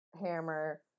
hammer